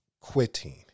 quitting